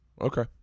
Okay